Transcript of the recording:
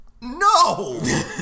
No